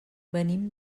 venim